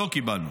לא קיבלנו.